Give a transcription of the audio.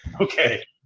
Okay